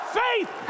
faith